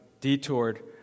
detoured